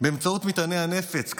באמצעות מטעני הנפץ,